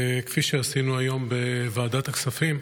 כפי שעשינו היום בוועדת הכספים,